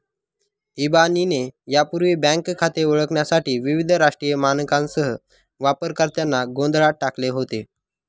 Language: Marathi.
इबानीने यापूर्वी बँक खाते ओळखण्यासाठी विविध राष्ट्रीय मानकांसह वापरकर्त्यांना गोंधळात टाकले होते